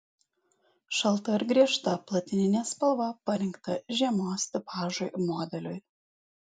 šalta ir griežta platininė spalva parinkta žiemos tipažui modeliui